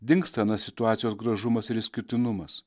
dingsta anas situacijos gražumas ir išskirtinumas